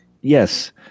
Yes